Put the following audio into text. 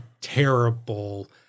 terrible